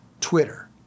Twitter